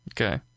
Okay